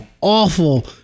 awful